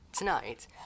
Tonight